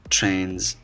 Trains